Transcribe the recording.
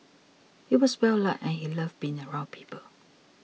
he was well liked and he loved being around people